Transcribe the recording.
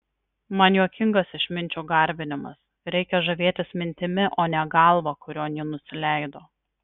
man juokingas išminčių garbinimas reikia žavėtis mintimi o ne galva kurion ji nusileido